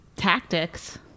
Tactics